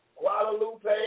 Guadalupe